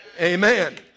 Amen